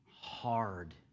hard